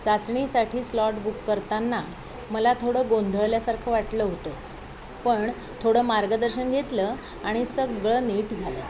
चाचणीसाठी slot book करताना मला थोडं गोंधळल्यासारखं वाटलं होतं पण थोडं मार्गदर्शन घेतलं आणि सगळं नीट झालं